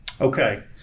Okay